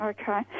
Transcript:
Okay